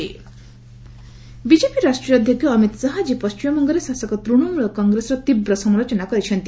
WB Amit Shah BJP ରାଷ୍ଟ୍ରୀୟ ଅଧ୍ୟକ୍ଷ ଅମିତ ଶାହା ଆଜି ପଣ୍ଠିମବଙ୍ଗରେ ଶାସକ ତ୍ତ୍ଣମଳ କଂଗ୍ରେସର ତୀବ୍ର ସମାଲୋଚନା କରିଛନ୍ତି